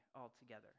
altogether